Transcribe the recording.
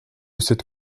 cette